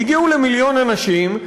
הגיעו למיליון אנשים,